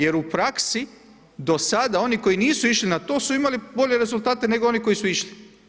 Jer u praksi do sada oni koji nisu išli na to su imali bolje rezultate nego oni koji su išli.